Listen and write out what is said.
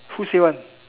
who say one